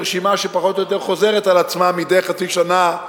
ברשימה שפחות או יותר חוזרת על עצמה מדי חצי שנה,